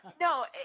no